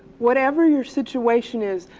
whatever your situation is,